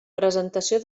presentació